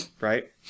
Right